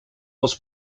was